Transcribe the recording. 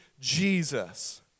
Jesus